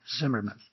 Zimmerman